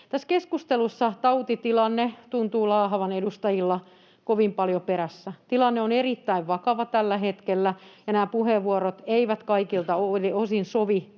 keskustelussa tautitilanne tuntuu laahaavaan edustajilla kovin paljon perässä. Tilanne on erittäin vakava tällä hetkellä, ja nämä puheenvuorot eivät kaikilta osin sovi